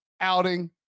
outing